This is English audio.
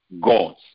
gods